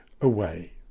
away